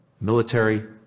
military